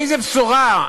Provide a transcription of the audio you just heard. איזו בשורה?